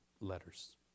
letters